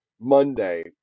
Monday